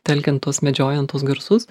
telkiant tuos medžiojant tuos garsus